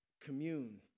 Commune